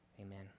amen